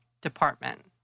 department